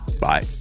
bye